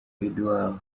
eduard